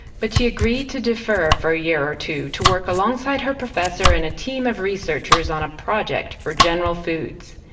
but she agreed to defer for a year or two to work alongside her professor and a team of researchers on a project for general foods.